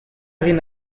rin